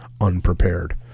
unprepared